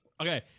Okay